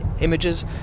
images